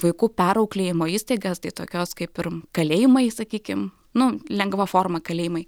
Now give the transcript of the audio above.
vaikų perauklėjimo įstaigas tai tokios kaip ir kalėjimai sakykim nu lengva forma kalėjimai